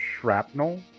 Shrapnel